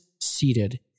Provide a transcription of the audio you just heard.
seated